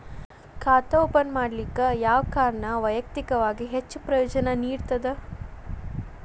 ಖಾತಾ ಓಪನ್ ಮಾಡಲಿಕ್ಕೆ ಯಾವ ಕಾರಣ ವೈಯಕ್ತಿಕವಾಗಿ ಹೆಚ್ಚು ಪ್ರಯೋಜನ ನೇಡತದ?